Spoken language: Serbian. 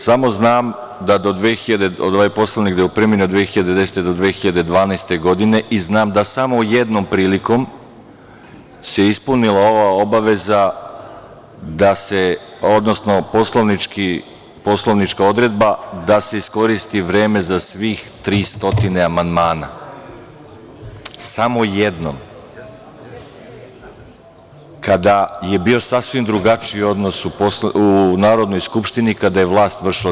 Samo znam da je ovaj Poslovnik u primeni od 2010. do 2012. godine i znam da samo jednom prilikom se ispunila ova obaveza da se, odnosno poslovnička odredba da se iskoristi vreme za svih 300 amandmana, samo jednom, kada je bio sasvim drugačiji odnos u Narodnoj skupštini, kada je vlast vršila DS.